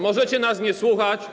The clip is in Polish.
Możecie nas nie słuchać.